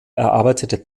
erarbeitete